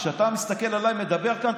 כשאתה מסתכל עליי מדבר כאן,